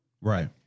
Right